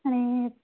आणि